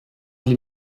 die